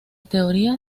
teoría